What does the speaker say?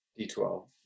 D12